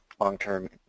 long-term